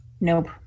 Nope